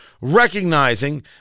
recognizing